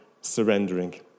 surrendering